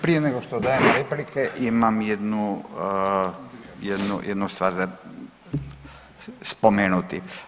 Prije nego što dajem replike imam jednu, jednu, jednu stvar za spomenuti.